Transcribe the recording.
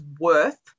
worth